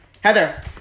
Heather